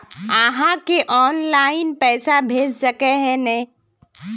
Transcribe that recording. आहाँ के ऑनलाइन पैसा भेज सके है नय?